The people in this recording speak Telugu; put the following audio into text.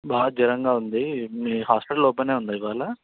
బా జ్వరంగా ఉంది మీ హాస్పిటల్ ఓపెన్ ఉందా ఇవాళ